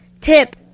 Tip